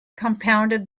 compounded